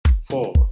four